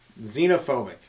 Xenophobic